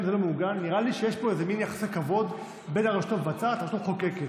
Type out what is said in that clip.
נראה לי שיש פה מין יחסי כבוד בין הרשות המבצעת לרשות המחוקקת.